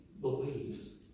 believes